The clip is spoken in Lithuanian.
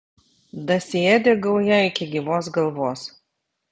dasiėdė gauja iki gyvos galvos